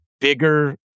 bigger